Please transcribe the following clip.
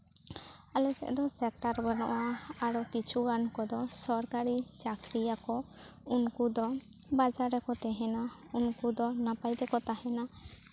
ᱟᱞᱮ ᱥᱮᱫ ᱫᱚ ᱥᱮᱠᱴᱟᱨ ᱵᱟᱱᱩᱜᱼᱟ ᱟᱨᱚ ᱠᱤᱪᱷᱩ ᱜᱟᱱ ᱠᱚᱫᱚ ᱥᱚᱨᱠᱟᱨᱤ ᱪᱟᱠᱨᱤᱭᱟᱠᱚ ᱩᱱᱠᱩ ᱫᱚ ᱵᱟᱡᱟᱨ ᱨᱮᱠᱚ ᱛᱟᱦᱮᱱᱟ ᱩᱱᱠᱩ ᱫᱚ ᱱᱟᱯᱟᱭ ᱛᱮᱠᱚ ᱛᱟᱦᱮᱱᱟ